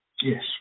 Yes